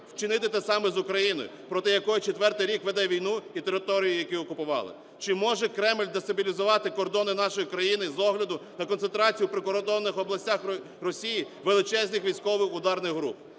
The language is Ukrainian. вчинити те саме з Україною, проти якої четвертий рік веде війну і територію якої окупувала. Чи може Кремль дестабілізувати кордони нашої країни з огляду та концентрацію у прикордонних областях Росії величезних військових ударних груп?